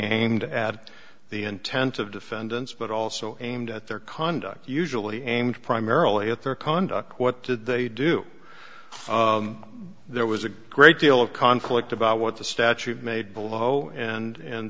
aimed at the intent of defendants but also aimed at their conduct usually aimed primarily at their conduct what did they do there was a great deal of conflict about what the statute made below and